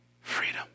freedom